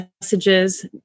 messages